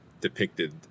depicted